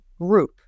group